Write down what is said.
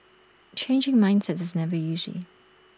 changing mindsets is never easy